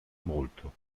molto